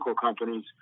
companies